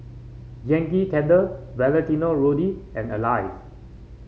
Yankee Candle Valentino Rudy and Alive